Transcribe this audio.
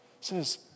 says